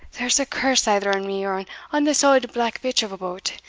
there is a curse either on me or on this auld black bitch of a boat,